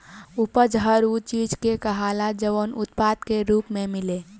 उपज हर उ चीज के कहाला जवन उत्पाद के रूप मे मिले